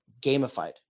gamified